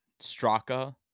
Straka